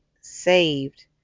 saved